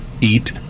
eat